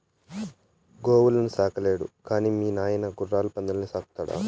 గోవుల్ని సాకలేడు గాని మీ నాయన గుర్రాలు పందుల్ని సాకుతాడా